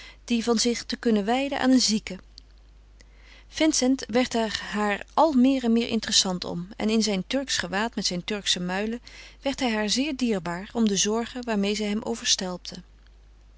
die van zich te kunnen wijden aan een zieke vincent werd er haar al meer en meer interessant om en in zijn turksch gewaad met zijn turksche muilen werd hij haar zeer dierbaar om de zorgen waarmeê zij hem overstelpte